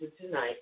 tonight